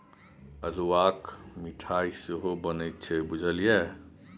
अल्हुआक मिठाई सेहो बनैत छै बुझल ये?